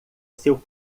seu